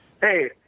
Hey